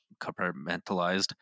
compartmentalized